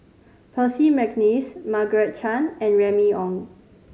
Percy McNeice Margaret Chan and Remy Ong